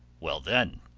well then,